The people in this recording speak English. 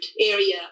area